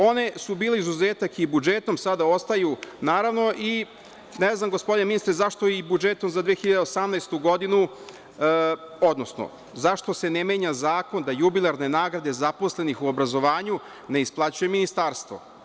One su bile izuzetak i budžetom, sada ostaju naravno, i ne znam gospodine ministre, zašto i budžetom za 2018. godinu, odnosno, zašto se ne menja zakon da jubilarne nagrade zaposlenih u obrazovanju ne isplaćuje Ministarstvo.